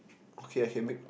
okay I can make